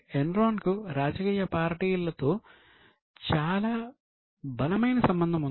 Enron కు రాజకీయ పార్టీలతో చాలా బలమైన సంబంధం ఉంది